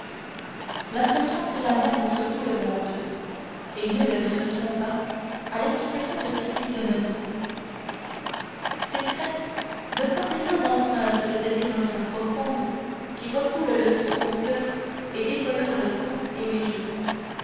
l'impression fut la même sur tout le monde et nul ne se trompa à l'expression de sa physionomie ses traits ne portaient pas l'empreinte de cette émotion profonde qui refoule le sang au coeur et décolore le front et les joues